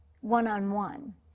one-on-one